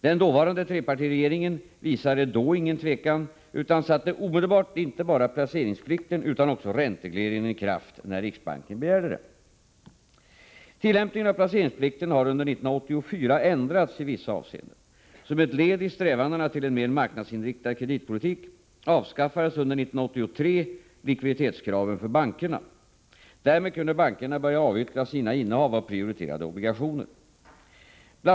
Den dåvarande trepartiregeringen visade då ingen tvekan utan satte omedelbart inte bara placeringsplikten utan också ränteregleringen i kraft när riksbanken begärde det. Tillämpningen av placeringsplikten har under 1984 ändrats i vissa avseenden. Som ett led i strävandena till en mer marknadsinriktad kreditpolitik avskaffades under 1983 likviditetskraven för bankerna. Därmed kunde bankerna börja avyttra sina innehav av prioriterade obligationer. Bl.